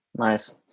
Nice